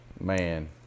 Man